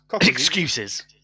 Excuses